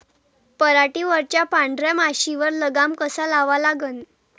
पराटीवरच्या पांढऱ्या माशीवर लगाम कसा लावा लागन?